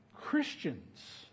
Christians